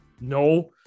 No